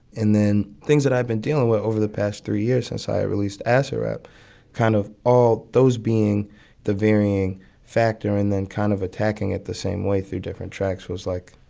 and then things that i've been dealing with over the past three years since i released acid rap kind of all those being the varying factor and then kind of attacking it the same way through different tracks was like,